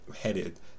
headed